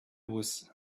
was